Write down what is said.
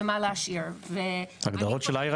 ומה להשאיר ו- -- הגדרות של Ayra